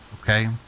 okay